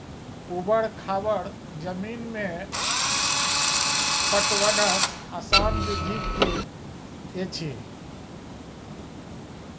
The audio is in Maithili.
ऊवर खाबड़ जमीन मे पटवनक आसान विधि की ऐछि?